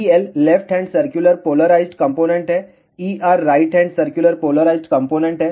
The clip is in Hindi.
EL left hand circular polarized component हैं ER right hand circular polarized component है